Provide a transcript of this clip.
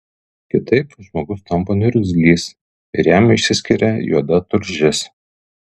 kitaip žmogus tampa niurgzlys ir jam išsiskiria juoda tulžis